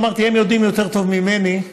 אמרתי: הם יודעים יותר טוב ממני,